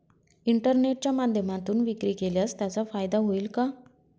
इंटरनेटच्या माध्यमातून विक्री केल्यास त्याचा फायदा होईल का?